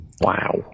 Wow